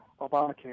Obamacare